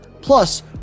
plus